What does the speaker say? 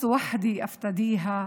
הרי אני לא אוהב מלבדה.